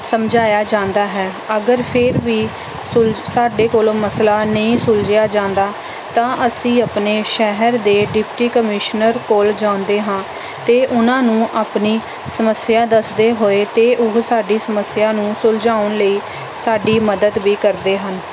ਸਮਝਾਇਆ ਜਾਂਦਾ ਹੈ ਅਗਰ ਫਿਰ ਵੀ ਸੁਲਝ ਸਾਡੇ ਕੋਲੋਂ ਮਸਲਾ ਨਹੀਂ ਸੁਲਝਿਆ ਜਾਂਦਾ ਤਾਂ ਅਸੀਂ ਆਪਣੇ ਸ਼ਹਿਰ ਦੇ ਡਿਪਟੀ ਕਮਿਸ਼ਨਰ ਕੋਲ ਜਾਂਦੇ ਹਾਂ ਅਤੇ ਉਹਨਾਂ ਨੂੰ ਆਪਣੀ ਸਮੱਸਿਆ ਦੱਸਦੇ ਹੋਏ ਅਤੇ ਉਹ ਸਾਡੀ ਸਮੱਸਿਆ ਨੂੰ ਸੁਲਝਾਉਣ ਲਈ ਸਾਡੀ ਮਦਦ ਵੀ ਕਰਦੇ ਹਨ